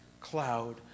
cloud